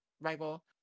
rival